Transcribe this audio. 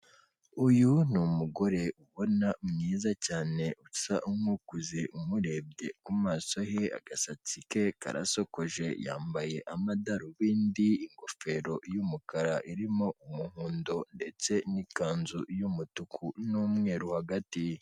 Uyu ni umugore ubona mwiza cyane usa nk'ukuze umurebye mu maso he agasatsi ke karasokoje yambaye amadarubindi, ingofero y'umukara irimo umuhondo ndetse n'ikanzu y'umutuku n'umweru hagati.